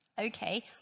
Okay